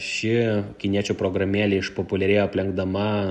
ši kiniečių programėlė išpopuliarėjo aplenkdama